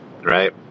right